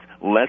Less